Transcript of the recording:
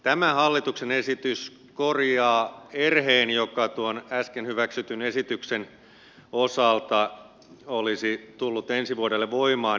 tämä hallituksen esitys korjaa erheen joka tuon äsken hyväksytyn esityksen osalta olisi tullut ensi vuodelle voimaan